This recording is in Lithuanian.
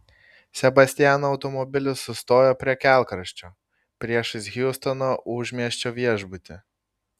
sebastiano automobilis sustojo prie kelkraščio priešais hjustono užmiesčio viešbutį